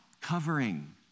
Covering